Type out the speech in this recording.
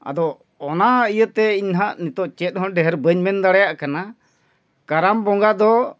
ᱟᱫᱚ ᱚᱱᱟ ᱤᱭᱟᱹᱛᱮ ᱤᱧ ᱱᱟᱜ ᱱᱤᱛᱳᱜ ᱪᱮᱫ ᱦᱚᱸ ᱰᱷᱮᱨ ᱵᱟᱹᱧ ᱢᱮᱱ ᱫᱟᱲᱮᱭᱟᱜ ᱠᱟᱱᱟ ᱠᱟᱨᱟᱢ ᱵᱚᱸᱜᱟ ᱫᱚ